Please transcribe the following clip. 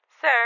sir